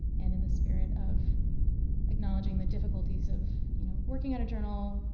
and in the spirit of acknowledging the difficulties of you know working at a journal,